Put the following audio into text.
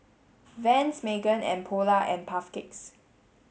Vans Megan and Polar and Puff Cakes